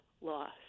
loss